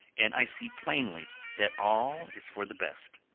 and i see plainly that all is for the best.